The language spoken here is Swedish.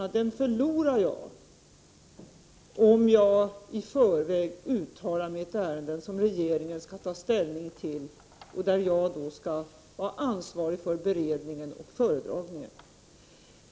Den rätten förlorar jag om jag i förväg uttalar mig i ett ärende som regeringen skall ta ställning till och där jag skall vara ansvarig för beredningen och föredragningen.